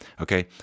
Okay